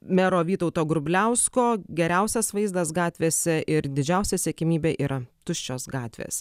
mero vytauto grubliausko geriausias vaizdas gatvėse ir didžiausia siekiamybė yra tuščios gatvės